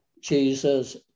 Jesus